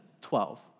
twelve